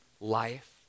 life